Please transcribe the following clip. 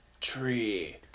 tree